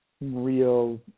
real